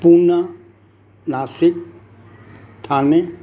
Poona Nashik Thane